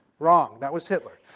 wrong. that was hitler.